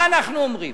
מה אנחנו אומרים?